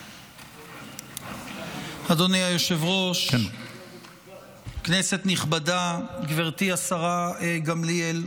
אדוני היושב-ראש, כנסת נכבדה, גברתי השרה גמליאל,